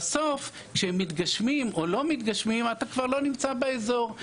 בסוף כשהם מתגשמים או לא מתגשמים אתה כבר לא נמצא באזור.